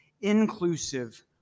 inclusive